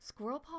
Squirrelpaw